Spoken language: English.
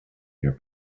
your